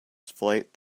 flight